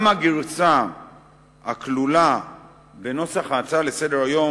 גם הגרסה הכלולה בנוסח ההצעה לסדר-היום